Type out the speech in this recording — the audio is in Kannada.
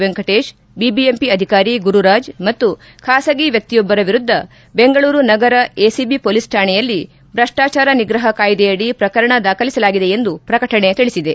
ವೆಂಕಟೇಶ್ ಬಿಬಿಎಂಪಿ ಅಧಿಕಾರಿ ಗುರುರಾಜ್ ಮತ್ತು ಖಾಸಗಿ ವ್ಯಕ್ತಿಯೊಬ್ಬರ ವಿರುದ್ದ ಬೆಂಗಳೂರು ನಗರ ಎಸಿಬಿ ಪೊಲೀಸ್ ಕಾಣೆಯಲ್ಲಿ ಭ್ರಷ್ನಾಚಾರ ನಿಗ್ರಹ ಕಾಯ್ದೆಯಡಿ ಪ್ರಕರಣ ದಾಖಲಿಸಲಾಗಿದೆ ಎಂದು ಪ್ರಕಟಣೆ ತಿಳಿಸಿದೆ